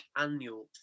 annual